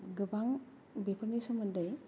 गोबां बेफोरनि सोमोन्दै